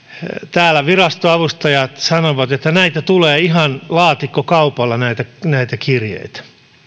täällä virastoavustajat sanoivat että näitä tulee ihan laatikkokaupalla näitä näitä kirjeitä